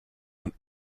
and